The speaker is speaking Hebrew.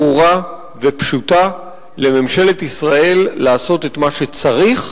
ברורה ופשוטה לממשלת ישראל לעשות את מה שצריך,